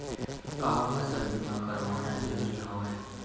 का फसल बीमा करवाना ज़रूरी हवय?